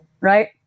right